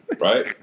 Right